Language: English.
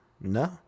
No